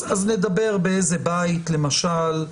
אז נדבר באיזה בית למשל,